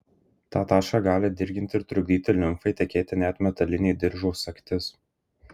tą tašką gali dirginti ir trukdyti limfai tekėti net metalinė diržo sagtis